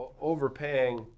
overpaying